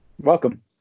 Welcome